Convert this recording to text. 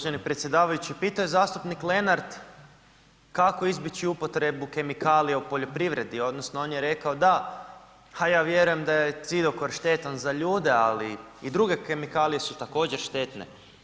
Uvaženi predsjedavajući, pitao je zastupnik Lenart kako izbjeći upotrebu kemikalija u poljoprivredi odnosno on je rekao, da, ha ja vjerujem da je cidokor štetan za ljude, ali i druge kemikalije su također, štetne.